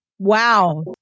wow